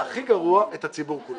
והכי גרוע את הציבור כולו.